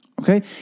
Okay